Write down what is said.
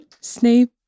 Snape